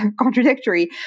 contradictory